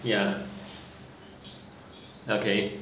ya okay